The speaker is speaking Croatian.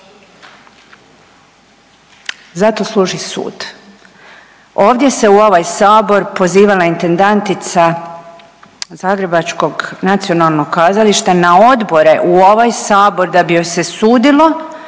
Za to služi sud. Ovdje se u ovaj sabor pozivala intendantica Zagrebačkog nacionalnog kazališta na odbore u ovaj sabor da bi joj se sudilo